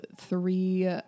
three